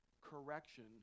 correction